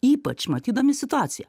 ypač matydami situaciją